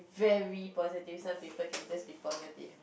very positive some people can just be positive